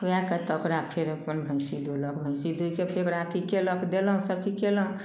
खुआए के तऽ ओकरा फेर अपन भैसी दुहलक भैसी दुहिके फेर ओकरा अथी कयलक देलहुँ सबकिछु कयलहुँ